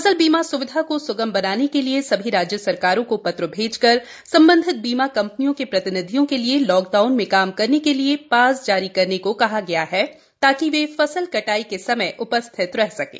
फसल बीमा सुविधा को स्गम बनाने के लिए सभी राज्य सरकारों को पत्र भेजकर संबंधित बीमा कंपनियों के प्रतिनिधियों के लिए लॉकडाउन में काम करने के लिए पास जारी करने को कहा गया है ताकि वे फसल कटाई के समय उपस्थित रह सकें